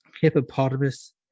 hippopotamus